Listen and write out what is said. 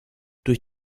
durch